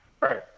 Right